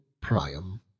priam